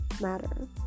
matter